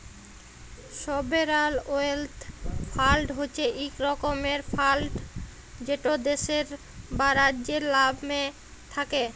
sovereign wealth fund হছে ইক রকমের ফাল্ড যেট দ্যাশের বা রাজ্যের লামে থ্যাকে